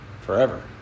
Forever